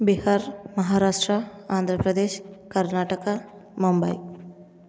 Bihar Maharashtra Andhra Pradesh Karnataka Mumbai